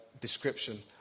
description